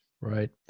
Right